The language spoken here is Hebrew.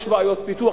יש בעיות פיתוח,